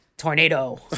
Tornado